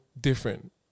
different